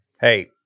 hey